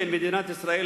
בין מדינת ישראל,